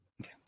okay